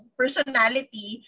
personality